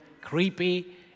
creepy